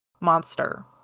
Monster